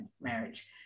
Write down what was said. marriage